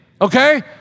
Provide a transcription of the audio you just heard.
okay